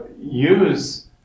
use